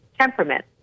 temperament